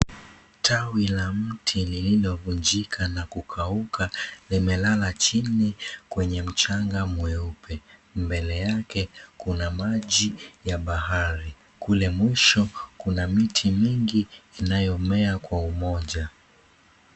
Tawi la mti lililo vunjika na kuanguka limelala chini kwenye mchanga mweupe mbele yake kuna maji ya bahari kule mwisho kuna miti mingi inayomea kwa umoja.